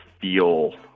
feel